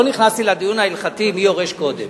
לא נכנסתי לדיון ההלכתי מי יורש קודם.